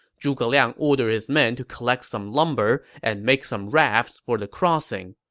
zhuge liang ordered his men to collect some lumber and make some rafts for the crossing,